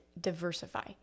diversify